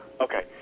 Okay